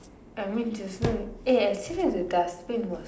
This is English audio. I mean just now you eh actually the dustbin was